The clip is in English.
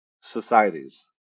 societies